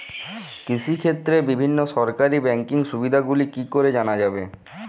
কৃষিক্ষেত্রে বিভিন্ন সরকারি ব্যকিং সুবিধাগুলি কি করে জানা যাবে?